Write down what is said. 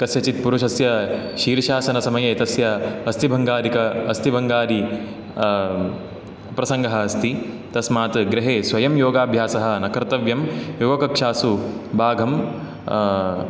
कस्यचित् पुरुषस्य शीर्षासनसमये तस्य अस्थिभङ्गादिक अस्थिभङ्गादि प्रसङ्गः अस्त तस्मात् गृहे स्वयं योगाभ्यासः न कर्तव्यं योगकक्ष्यासु भागं